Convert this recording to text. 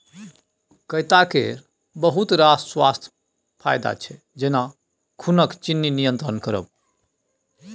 कैता केर बहुत रास स्वास्थ्य फाएदा छै जेना खुनक चिन्नी नियंत्रण करब